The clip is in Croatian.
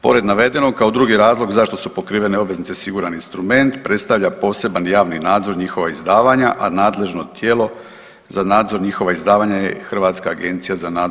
Pored navedenog, kao drugi razlog zašto su pokrivene obveznice siguran instrument predstavlja poseban javni nadzor njihova izdavanja, a nadležno tijelo za nadzor njihova izdavanja je i HANFA.